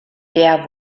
der